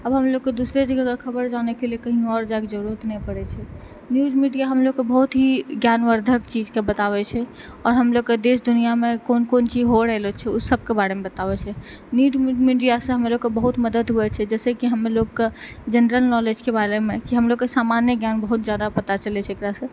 आब हमलोग के दूसरे जगह के खबर जानै के लिए कहीं आओर जायके जरूरत नहि परै छै न्यूज़ मीडिया हमलोग के बहुत ही ज्ञानवर्द्धक चीज के बताबै छै आओर हमलोग के देश दुनिया मे कोन कोन चीज हो रहलो छै ओ सब के बारे मे बताबै छै न्यूज़ मीडिया सँ हमलोग के बहुत मदद होइ छै जाहिसे की हमलोगके जनरल नॉलेजके बारे मे की सामान्य ज्ञान बहुत जादा पता चलै छै एकरा सँ